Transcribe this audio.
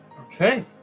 Okay